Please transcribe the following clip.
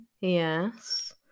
yes